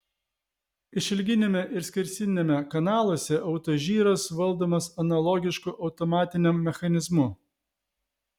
išilginiame ir skersiniame kanaluose autožyras valdomas analogišku automatiniam mechanizmu